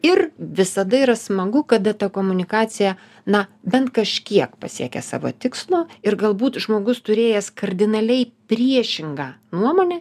ir visada yra smagu kad ta komunikacija na bent kažkiek pasiekia savo tikslo ir galbūt žmogus turėjęs kardinaliai priešingą nuomonę